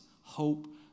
Hope